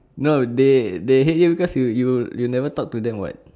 no they they hate you cause you you you never talk to them [what]